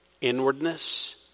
inwardness